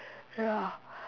ya